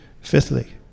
fifthly